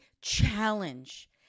challenge